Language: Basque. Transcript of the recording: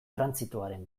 trantsitoaren